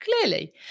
clearly